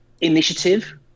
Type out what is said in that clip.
initiative